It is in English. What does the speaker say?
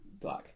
black